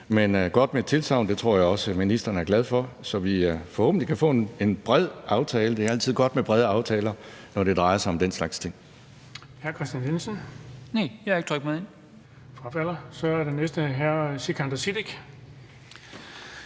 er godt med et tilsagn, det tror jeg også ministeren er glad for, så vi forhåbentlig kan få en bred aftale, for det er altid godt med brede aftaler, når det drejer sig om den slags ting.